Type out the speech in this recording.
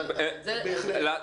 בהחלט.